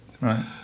Right